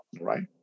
right